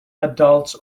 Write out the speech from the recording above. adults